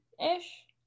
ish